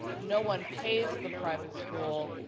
no one pays the private school,